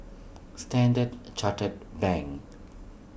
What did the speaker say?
Standard Chartered Bank